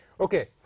Okay